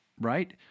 right